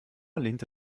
lehnte